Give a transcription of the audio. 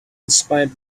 inspired